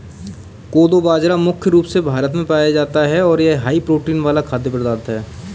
कोदो बाजरा मुख्य रूप से भारत में पाया जाता है और यह हाई प्रोटीन वाला खाद्य पदार्थ है